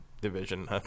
division